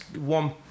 one